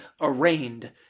arraigned